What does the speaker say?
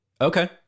Okay